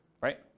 right